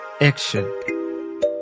Action